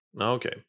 okay